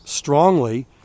strongly